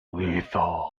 lethal